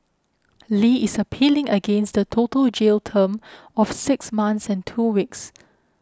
Li is appealing against the total jail term of six months and two weeks